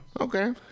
Okay